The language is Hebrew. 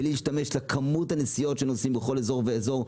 בלי לראות את כמות הנסיעות שנעשות בכל אזור ואזור,